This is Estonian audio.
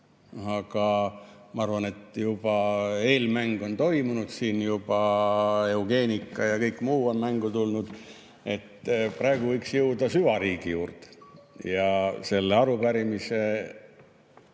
Aga ma arvan, et eelmäng on toimunud siin juba eugeenikaga ja ka kõik muu on mängu tulnud, praegu võiks jõuda süvariigi juurde. Selle arupärimise